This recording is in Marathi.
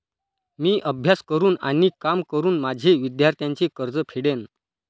मी अभ्यास करून आणि काम करून माझे विद्यार्थ्यांचे कर्ज फेडेन